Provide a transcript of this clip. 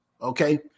okay